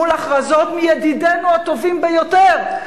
מול הכרזות מידידינו הטובים ביותר,